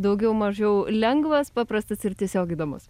daugiau mažiau lengvas paprastas ir tiesiog įdomus